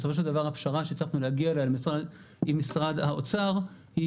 בסופו של דבר הפשרה שהצלחנו להגיע אליה עם משרד האוצר היא